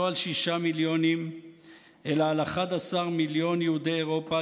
לא על שישה מיליונים אלא 11 מיליון יהודי אירופה,